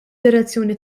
direzzjoni